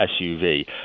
suv